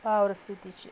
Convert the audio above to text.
power سۭتی چھِ